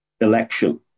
election